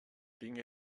tinc